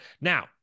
now